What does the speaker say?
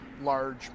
large